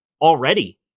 already